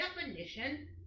definition